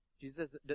Jesus